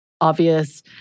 obvious